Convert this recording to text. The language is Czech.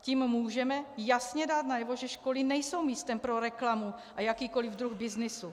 Tím můžeme jasně dát najevo, že školy nejsou místem pro reklamu a jakýkoliv druh byznysu.